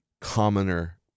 commoner